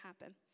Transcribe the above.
happen